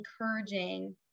encouraging